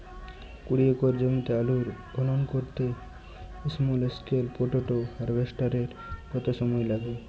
কুড়ি একর জমিতে আলুর খনন করতে স্মল স্কেল পটেটো হারভেস্টারের কত সময় লাগবে?